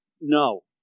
No